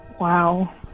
wow